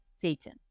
Satan